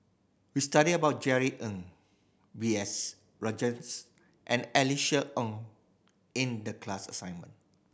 we study about Jerry Ng B S Rajhans and Alice Ong in the class assignment